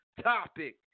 topic